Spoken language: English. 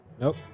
Nope